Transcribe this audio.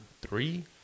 three